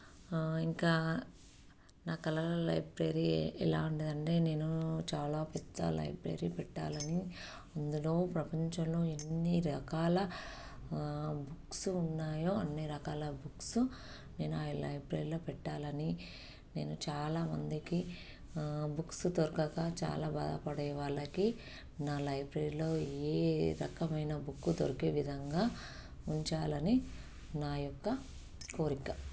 ఇంకా నా కలల లైబ్రరీ ఎలా ఉండేది అంటే నేను చాలా పెద్ధ లైబ్రరీ పెట్టాలని అందులో ప్రపంచంలో ఎన్ని రకాల బుక్స్ ఉన్నాయో అన్ని రకాల నేను ఆ లైబ్రరీలో పెట్టాలని నేను చాలా మందికి బుక్స్ దొరకక చాలా బాధ పడేవాళ్ళకి నా లైబ్రరీలో ఏ రకమైన బుక్ దొరికే విధంగా ఉంచాలని నా యొక్క కోరిక